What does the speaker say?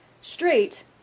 straight